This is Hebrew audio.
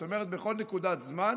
זאת אומרת, בכל נקודת זמן